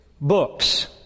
books